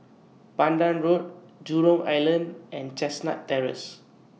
Pandan Road Jurong Island and Chestnut Terrace